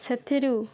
ସେଥିରୁ